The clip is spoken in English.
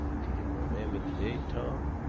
do you remember the date, tom?